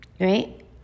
right